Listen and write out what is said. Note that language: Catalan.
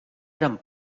eren